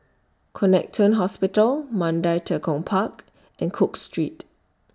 Connexion Hospital Mandai Tekong Park and Cook Street